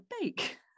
bake